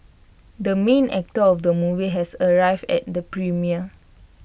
the main actor of the movie has arrived at the premiere